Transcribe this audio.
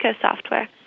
Software